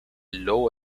lobo